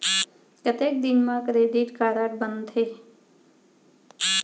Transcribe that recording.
कतेक दिन मा क्रेडिट कारड बनते?